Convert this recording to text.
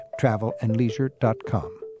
TravelandLeisure.com